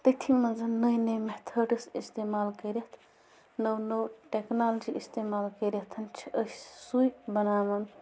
تٔتھی منٛز نٔے نٔے مٮ۪تھٲڈٕس اِستعمال کٔرِتھ نٔو نٔو ٹٮ۪کنالجی اِستعمال کٔرِتھ چھِ أسۍ سُے بَناوان